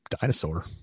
dinosaur